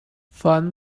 fun